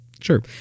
Sure